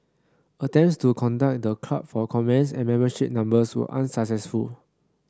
attempts to contact the club for comments and membership numbers were unsuccessful